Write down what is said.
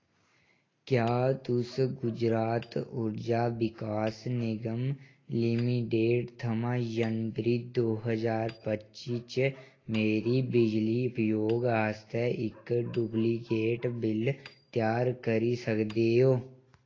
क्या तुस गुजरात ऊर्जा विकास निगम लिमिडेट थमां जनबरी दो ज्हार पच्ची च मेरी बिजली उपयोग आस्तै इक डुप्लिकेट बिल त्यार करी सकदे ओ